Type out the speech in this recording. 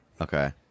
Okay